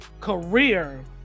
career